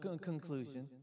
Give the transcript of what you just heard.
conclusion